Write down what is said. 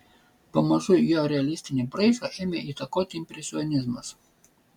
pamažu jo realistinį braižą ėmė įtakoti impresionizmas